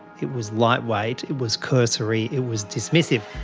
it was lightweight. it was cursory, it was dismissive.